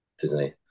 Disney